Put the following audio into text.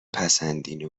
پسندین